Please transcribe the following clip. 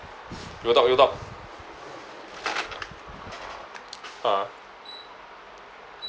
you talk you talk (uh huh)